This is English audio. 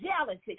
jealousy